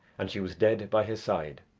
and she was dead by his side.